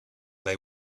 they